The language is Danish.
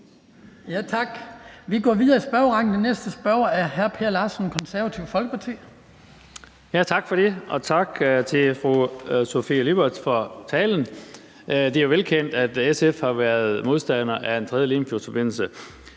Skibby): Vi går videre i spørgerækken, og den næste spørger er hr. Per Larsen, Det Konservative Folkeparti. Kl. 18:06 Per Larsen (KF): Tak for det, og tak til fru Sofie Lippert for talen. Det er velkendt, at SF har været modstander af en tredje Limfjordsforbindelse,